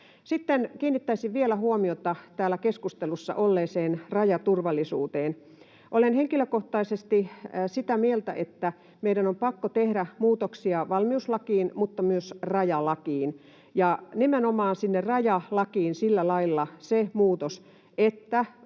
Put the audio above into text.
Sitten kiinnittäisin vielä huomiota täällä keskustelussa olleeseen rajaturvallisuuteen. Olen henkilökohtaisesti sitä mieltä, että meidän on pakko tehdä muutoksia valmiuslakiin, mutta myös rajalakiin, ja nimenomaan sinne rajalakiin sillä lailla se muutos, että